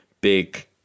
big